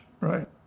Right